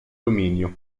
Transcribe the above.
dominio